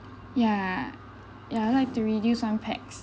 ya ya I would like to reduce one pax